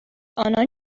آنان